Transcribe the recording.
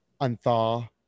unthaw